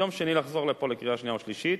ביום שני נחזור לפה לקריאה שנייה ושלישית.